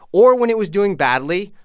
or, when it was doing badly,